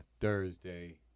Thursday